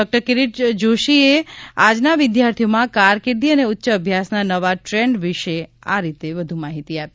doctor Kirit જોશીએ આજના વિદ્યાર્થીઓમાં કારકિર્દી અને ઉચ્ચ અભ્યાસના નવા ટ્રેન્ડ વિશે આ રીતે વધુ માહીતી આપી